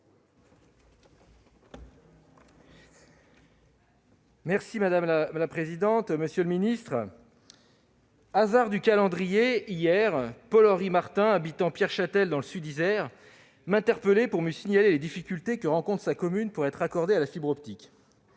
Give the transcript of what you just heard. secrétaire d'État, mes chers collègues, hasard du calendrier, hier, Paul-Henry Martin, habitant Pierre-Châtel dans le sud de l'Isère, m'interpellait pour me signaler les difficultés que rencontre sa commune pour être raccordée à la fibre optique.